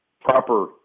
proper